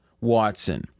Watson